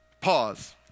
Pause